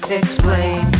explain